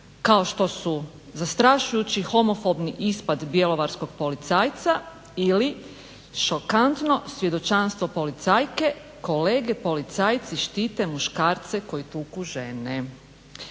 kao što su zastrašujući homofobni ispad bjelovarskog policajca ili šokantno svjedočanstvo policajke kolegi policajci štite muškarce koji tuku žene.